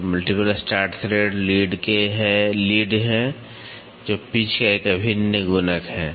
तो multiple start thread lead हैं जो पिच का एक अभिन्न गुणक है